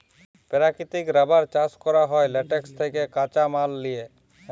পেরাকিতিক রাবার চাষ ক্যরা হ্যয় ল্যাটেক্স থ্যাকে কাঁচা মাল লিয়ে